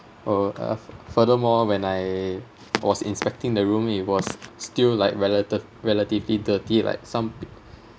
oh uh furthermore when I was inspecting the room it was still like relative relatively dirty like some